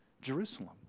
Jerusalem